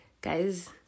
guys